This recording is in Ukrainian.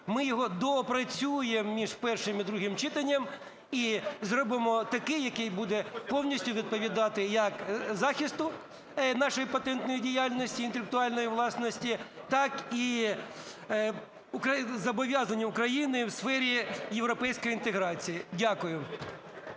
ми його доопрацюємо між першим і другим читанням і зробимо таким, який буде повністю відповідати як захисту нашої патентної діяльності інтелектуальної власності, так і зобов'язанню України в сфері європейської інтеграції. Дякую.